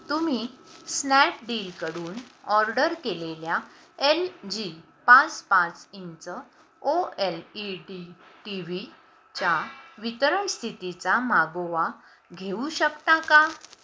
तुम्ही स्नॅपडीलकडून ऑर्डर केलेल्या एल जी पाच पाच inch O L E D T V च्या वितरण स्थितीचा मागोवा घेऊ शकता का